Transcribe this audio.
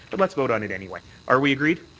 but let's vote on it any way. are we agreed?